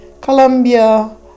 Colombia